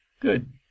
Good